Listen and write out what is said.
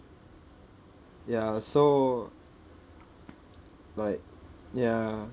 ya so like ya